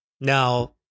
Now